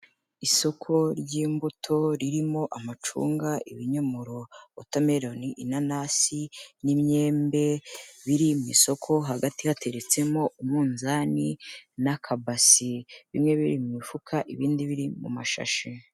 Isoko ry'imbuto ririmo amacunga, ibinyomoro, watermelon, inanasi n'imyembe biri mu isoko hagati hateretsemo umunzani n'akabasi bimwe biri mu mifuka, ibindi biri mu mashashi.